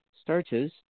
starches